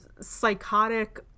psychotic